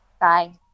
Bye